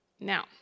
Now